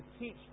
teach